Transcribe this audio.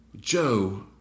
Joe